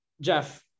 Jeff